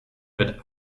wird